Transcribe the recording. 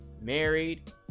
married